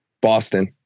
Boston